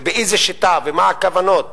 ובאיזו שיטה, ומה הכוונות